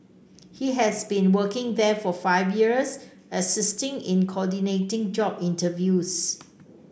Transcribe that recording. he has been working there for five years assisting in coordinating job interviews